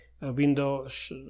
windows